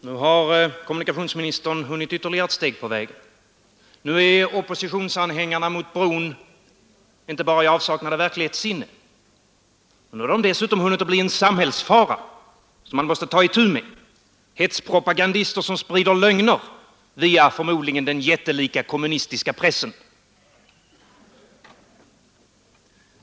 Fru talman! Nu har kommunikationsministern hunnit ytterligare ett steg på vägen. Nu är anhängarna av oppositionen mot bron inte bara i avsaknad av verklighetssinne, nu har de dessutom hunnit att bli en samhällsfara som man måste ta itu med, hetspropagandister som sprider lögner — förmodligen via den jättelika kommunistiska pressen.